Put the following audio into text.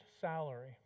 salary